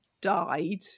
died